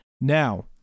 Now